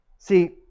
See